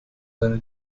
seine